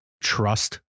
trust